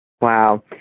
Wow